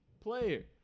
player